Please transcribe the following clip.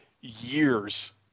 years